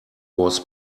was